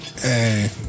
Hey